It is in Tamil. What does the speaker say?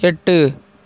எட்டு